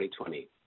2020